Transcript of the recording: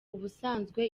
ubusanzwe